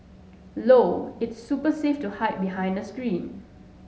low its super safe to hide behind a screen